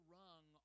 rung